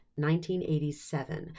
1987